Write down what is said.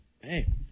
hey